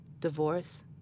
divorce